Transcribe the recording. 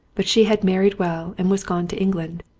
but she had married well and was gone to england.